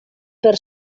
per